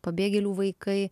pabėgėlių vaikai